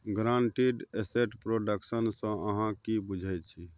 guaranteed asset production सँ अहाँ कि बुझै छी